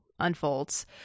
Unfolds